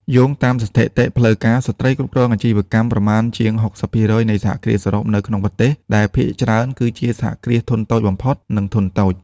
យោងតាមស្ថិតិផ្លូវការ ស្ត្រីគ្រប់គ្រងអាជីវកម្មប្រមាណជាង ៦០% នៃសហគ្រាសសរុបនៅក្នុងប្រទេស ដែលភាគច្រើនគឺជាសហគ្រាសធុនតូចបំផុត និងធុនតូច។